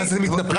אז אתם מתנפלים?